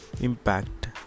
impact